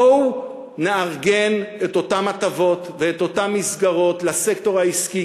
בואו נארגן את אותן הטבות ואת אותן מסגרות לסקטור העסקי,